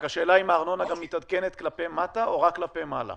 רק השאלה אם הארנונה גם מתעדכנת כלפי מטה או רק כלפי מעלה.